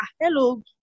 hello